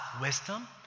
wisdom